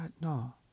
No